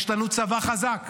יש לנו צבא חזק,